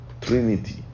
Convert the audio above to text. trinity